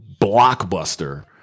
blockbuster